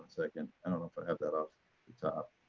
second. i don't know if i have that off the top.